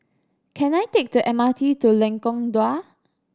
can I take the M R T to Lengkong Dua